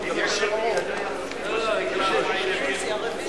אלי, הם ניצחו את העם שלהם.